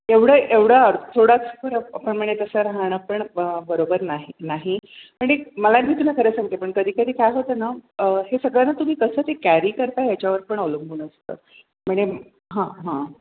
एवढा एवढा अर थोडाच फरक म्हणजे तसा राहणार पण बा बरोबर नाही नाही पण एक मला ना तुला खरं सांगते पण कधी कधी काय होतं ना हे सगळं ना तुम्ही कसं ते कॅरी करता ह्याच्यावर पण अवलंबून असतं म्हणे हां हां